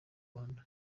rwanda